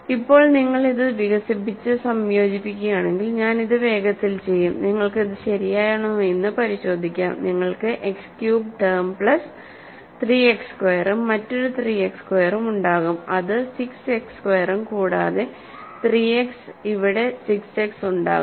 ഇപ്പോൾ നിങ്ങൾ ഇത് വികസിപ്പിച്ച് സംയോജിപ്പിക്കുകയാണെങ്കിൽ ഞാൻ ഇത് വേഗത്തിൽ ചെയ്യും നിങ്ങൾക്ക് ഇത് ശരിയാണോയെന്ന് പരിശോധിക്കാം നിങ്ങൾക്ക് x cubed term plus 3 x സ്ക്വയറും മറ്റൊരു 3 എക്സ് സ്ക്വയറും ഉണ്ടാകും അത് 6 എക്സ് സ്ക്വയറും കൂടാതെ 3 എക്സ് ഇവിടെ 6 എക്സ് ഉണ്ടാകും ഇവിടെ